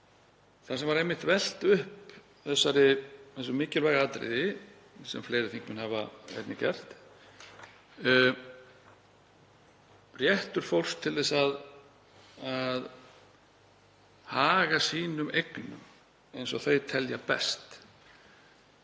þar sem var einmitt velt upp þessu mikilvæga atriði sem fleiri þingmenn hafa einnig velt upp, rétti fólks til að haga sínum eignum eins og það telur best.